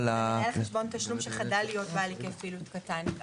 על מנהל חשבון תשלום שחדל להיות בעל היקף פעילות קטן.